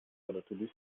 gratulis